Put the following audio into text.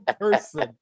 person